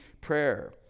prayer